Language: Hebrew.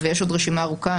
ויש עוד רשימה ארוכה.